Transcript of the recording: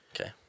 Okay